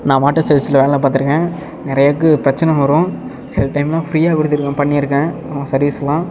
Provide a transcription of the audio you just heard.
நான் வாட்டர் சர்வீஸில் வேலை பார்த்துருக்கேன் நிறையாக்கு பிரச்சின வரும் சில டைமெலாம் ஃபிரியாக கொடுத்துருக்கேன் பண்ணியிருக்கேன் சர்வீஸ்லாம்